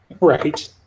Right